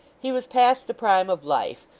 he was past the prime of life,